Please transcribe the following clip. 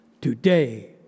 today